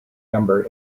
number